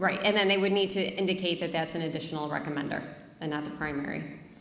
right and then they would need to indicate that that's an additional recommender another primary